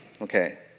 okay